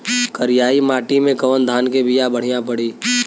करियाई माटी मे कवन धान के बिया बढ़ियां पड़ी?